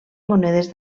monedes